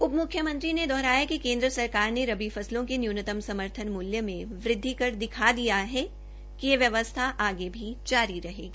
उप म्ख्यमंत्री ने दोहराया कि केन्द्र सरकार ने रबी फसों के न्यूनतम समर्थन मूल्रू में वृदि कर दिखा दिया है कि यह व्यवस्था आगे भी जारी रहेगी